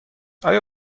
آیا